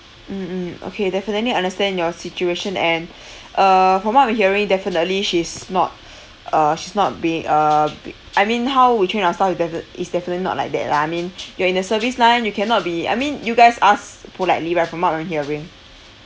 mm mm okay definitely understand your situation and uh from what I'm hearing definitely she's not uh she's not being uh b~ I mean how we train our staff is defi~ is definitely not like that lah I mean you're in the service line you cannot be I mean you guys ask politely right from what I'm hearing